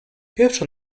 pierwszy